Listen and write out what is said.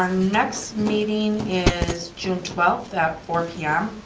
um next meeting is june twelfth at four pm.